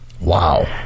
Wow